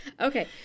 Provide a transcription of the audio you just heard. okay